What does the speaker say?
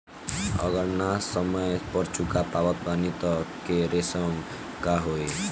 अगर ना समय पर चुका पावत बानी तब के केसमे का होई?